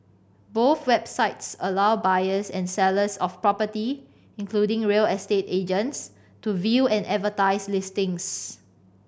both websites allow buyers and sellers of property including real estate agents to view and advertise listings